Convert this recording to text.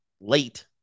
late